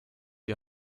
die